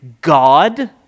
God